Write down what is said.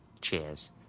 Cheers